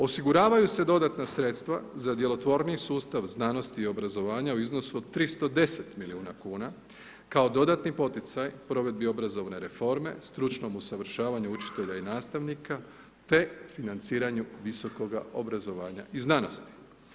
Osiguravaju se dodatna sredstava za djelotvorniji sustav znanosti i obrazovanja u iznosu od 310 milijuna kuna kao dodatni poticaj provedbi obrazovne reforme, stručnom usavršavanju učitelja i nastavnika te financiranju visokoga obrazovanja i znanosti.